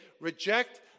reject